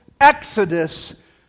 exodus